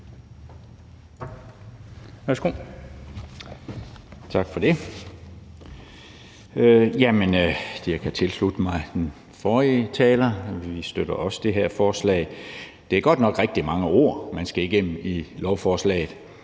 (EL): Tak for det. Jeg kan tilslutte mig den forrige taler, for vi støtter også det her forslag. Det er godt nok rigtig mange ord, man skal igennem i lovforslaget